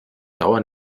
dauer